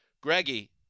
Greggy